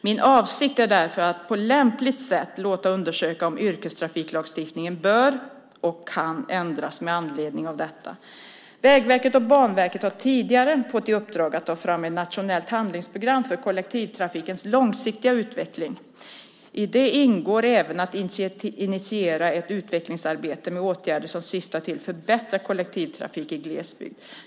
Min avsikt är därför att på lämpligt sätt låta undersöka om yrkestrafiklagstiftningen bör och kan ändras med anledning av detta. Vägverket och Banverket har tidigare fått i uppdrag att ta fram ett nationellt handlingsprogram för kollektivtrafikens långsiktiga utveckling. I det ingår även att initiera ett utvecklingsarbete med åtgärder som syftar till förbättrad kollektivtrafik i glesbygd.